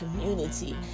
community